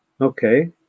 Okay